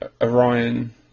Orion